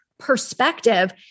perspective